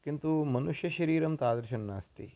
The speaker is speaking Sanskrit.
किन्तु मनुष्यशरीरं तादृशं नास्ति